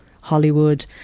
Hollywood